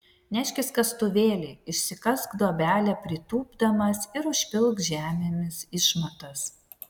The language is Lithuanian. neškis kastuvėlį išsikask duobelę pritūpdamas ir užpilk žemėmis išmatas